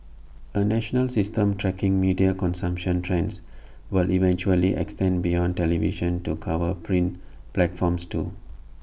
A national system tracking media consumption trends will eventually extend beyond television to cover print platforms too